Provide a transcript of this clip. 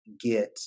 get